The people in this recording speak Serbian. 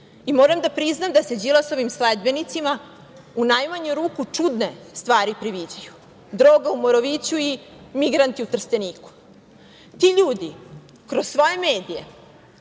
Moram da priznam da se Đilasovim sledbenicima u najmanju ruku čudne stvari priviđaju – droga u Moroviću i migranti u Trsteniku. Ti ljudi kroz svoje medije